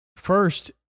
First